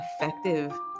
effective